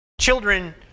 Children